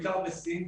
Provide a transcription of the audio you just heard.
בעיקר בסין,